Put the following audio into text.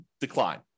decline